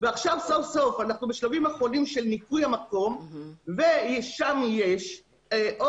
ועכשיו סוף סוף אנחנו בשלבים אחרונים של ניקוי המקום ושם יש עורק